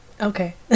Okay